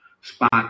spot